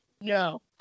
no